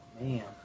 man